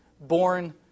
born